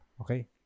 Okay